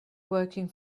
working